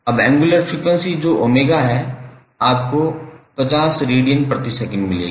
अब angular frequency जो 𝜔 है आपको 50 रेडियन प्रति सेकंड मिलेगी